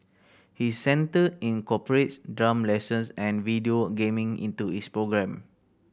his centre incorporates drum lessons and video gaming into its programme